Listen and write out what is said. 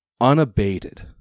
unabated